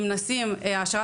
אם נשים העשרה,